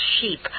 sheep